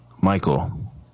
Michael